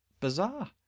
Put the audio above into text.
bizarre